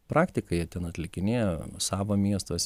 praktiką jie ten atlikinėja savo miestuose